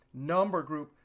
number group,